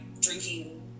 drinking